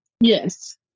Yes